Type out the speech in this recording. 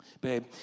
babe